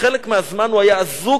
וחלק מהזמן הוא היה אזוק